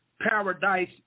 paradise